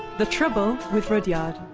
the trouble with rudyard